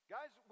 Guys